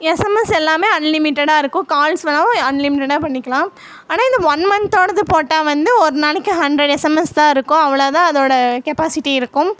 SMS எல்லாமே அன்லிமிட்டெடா இருக்கும் கால்ஸ் வேணாவும் அன்லிமிட்டெடா பண்ணிக்கலாம் ஆனால் இந்த ஒன் மந்த்தானது போட்டால் வந்து ஒரு நாளைக்கு ஹண்ட்ரேட் எஸ்எம்எஸ்ஸா இருக்கும் அவ்வளோ தான் அதோடய கெப்பாசிட்டி இருக்கும்